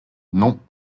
non